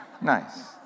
nice